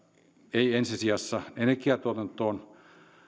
ei ensi sijassa energiatuotantoon